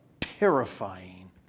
terrifying